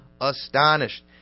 astonished